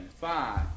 five